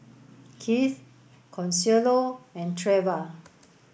Kieth Consuelo and Treva